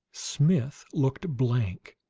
smith looked blank.